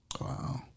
Wow